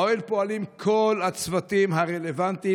באוהל פועלים כל הצוותים הרלוונטיים,